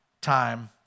time